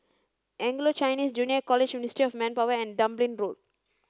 Anglo Chinese Junior College Ministry of Manpower and Dublin Road